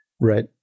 Right